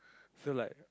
so like